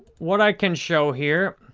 what i can show here,